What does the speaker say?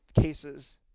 cases